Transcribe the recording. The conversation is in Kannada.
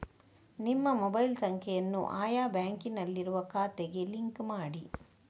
ನಿಮ್ಮ ಮೊಬೈಲ್ ಸಂಖ್ಯೆಯನ್ನು ಆಯಾ ಬ್ಯಾಂಕಿನಲ್ಲಿರುವ ಖಾತೆಗೆ ಲಿಂಕ್ ಮಾಡಿ